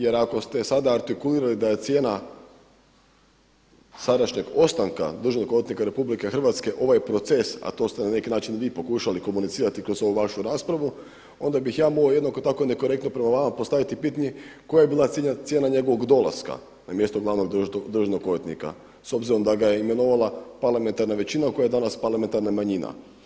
Jer ako ste sada artikulirali da je cijena sadašnjeg ostanka državnog odvjetnika Republike Hrvatske, ovaj proces a to ste na neki način i vi pokušali komunicirati kroz ovu vašu raspravu, onda bih ja mogao jednako tako nekorektno prema vama postaviti pitanje koja je bila cijena njegovog dolaska na mjesto glavnog državnog odvjetnika s obzirom da ga je imenovala parlamentarna većina koja je danas parlamentarna manjina?